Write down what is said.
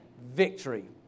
victory